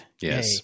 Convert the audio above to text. Yes